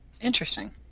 Interesting